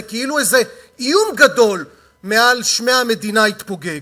כאילו איזה איום גדול מעל שמי המדינה התפוגג.